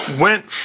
went